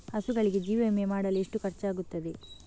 ಹಸುಗಳಿಗೆ ಜೀವ ವಿಮೆ ಮಾಡಲು ಎಷ್ಟು ಖರ್ಚಾಗುತ್ತದೆ?